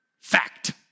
Fact